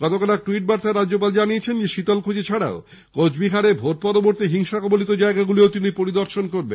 গতকাল এক ট্যুইট বার্তায় রাজ্যপাল জানিয়েছেন শীতলকুচি ছাড়াও কোচবিহারের ভোট পরবর্তী হিংসা কবলিত জায়গাগুলিও তিনি পরিদর্শন করবেন